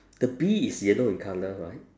the bee is yellow in colour right